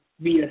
via